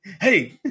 Hey